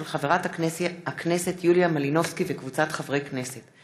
של חברת הכנסת יוליה מלינובסקי וקבוצת חברי הכנסת.